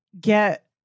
get